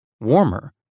warmer